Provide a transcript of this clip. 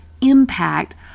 impact